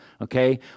Okay